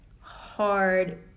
hard